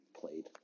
played